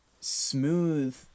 smooth